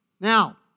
Now